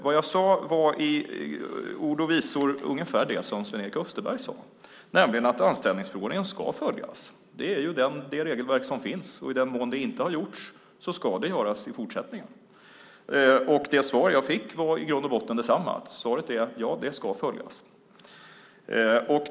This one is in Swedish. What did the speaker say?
Vad jag sade var i ord och visor ungefär det Sven-Erik Österberg sade, nämligen att anställningsförordningen ska följas. Det är det regelverk som finns. I den mån det inte har skett ska det följas i fortsättningen. Det svar jag fick var i grund och botten detsamma, nämligen att det ska följas.